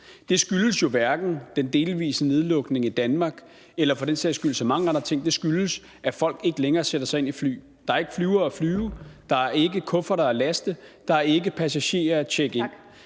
Det skyldes jo hverken den delvise nedlukning i Danmark eller for den sags skyld mange andre ting; det skyldes, at folk ikke længere sætter sig ind i et fly, at der ikke er flyvere at flyve, at der ikke er kufferter at laste, og at der ikke er passagerer at tjekke ind